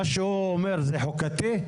מה שהוא אומר, זה חוקתי?